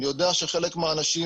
אני יודע שחלק מהאנשים,